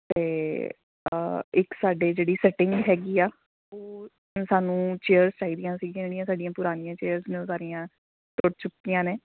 ਅਤੇ ਇੱਕ ਸਾਡੇ ਜਿਹੜੀ ਸੈਟਿੰਗ ਹੈਗੀ ਆ ਉਹ ਸਾਨੂੰ ਚੇਅਰਸ ਚਾਹੀਦੀਆਂ ਸੀਗੀਆਂ ਜਿਹੜੀਆਂ ਸਾਡੀਆਂ ਪੁਰਾਣੀਆਂ ਚੇਅਰਸ ਨੇ ਉਹ ਸਾਰੀਆਂ ਟੁੱਟ ਚੁੱਕੀਆਂ ਨੇ